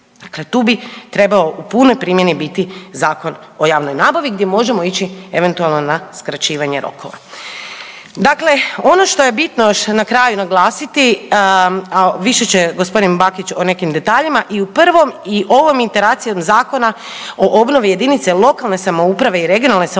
Dakle tu bi trebao u punoj primjeni biti Zakon o javnoj nabavi gdje možemo ići eventualno na skraćivanje rokova. Dakle, ono što je bitno još na kraju naglasiti, a više će g. Bakić o nekim detaljima, i u prvom i ovom iteracijom Zakona o obnovi jedinice lokalne samouprave i regionalne samouprave